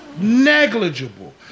negligible